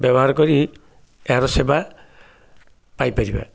ବ୍ୟବହାର କରି ଏହାର ସେବା ପାଇପାରିବା